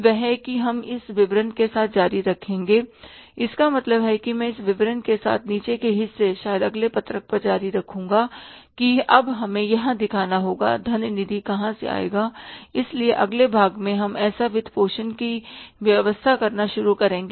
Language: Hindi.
वह है कि हम इस विवरण के साथ जारी रखेंगे इसका मतलब है कि मैं इस विवरण के साथ नीचे के हिस्से शायद अगले पत्रक पर जारी रखूंगा कि अब हमें यहां दिखाना होगा कि धन निधि कहाँ से आएगी इसलिए अगले भाग में हम ऐसा वित्तपोषण की व्यवस्था करना शुरू करेंगे